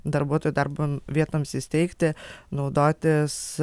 darbuotojų darbo vietoms įsteigti naudotis